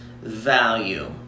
value